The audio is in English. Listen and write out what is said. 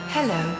Hello